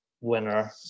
winner